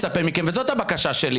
לכן אני באמת מצפה מכם וזאת הבקשה שלי.